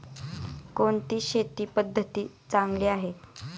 कोणती शेती पद्धती चांगली आहे?